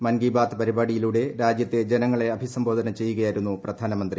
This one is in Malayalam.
മൻ കീ ബാത്ത് പരിപാടിയിലൂടെ രാജ്യത്തെ ജനങ്ങളെ അഭിസംബോധന ചെയ്യുകയായിരുന്നു പ്രധാനമന്ത്രി